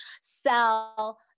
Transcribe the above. sell